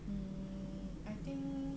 mm I think